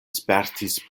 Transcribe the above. spertis